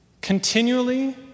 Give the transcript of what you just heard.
continually